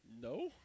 no